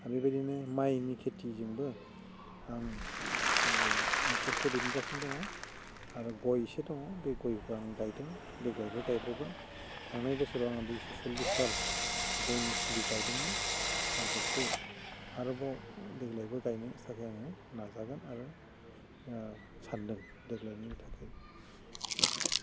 आरो बिबायदिनो माइनि खेथिजोंबो आं नख'रखौ दैदेनगासिनो दङ आरो गय एसे दङ बे गयखौ आं गायदों देग्लायबो गायबावगोन थांनाय बोसोराव आङो दुयस' सल्लिस दाल गयनि फुलि गायदोंमोन आरो बेखौ आरोबाव देग्लायबो गायनो थाखाय आं नाजागोन आरो सानदों देग्लायनि थाखाय